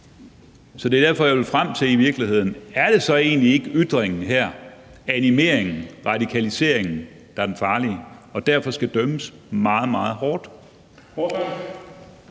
Så det, jeg i virkeligheden vil frem til, er: Er det så egentlig ikke ytringen her, animeringen, radikaliseringen, der er det farlige og derfor skal dømmes meget, meget hårdt?